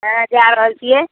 आँय जा रहल छियै